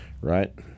right